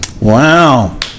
Wow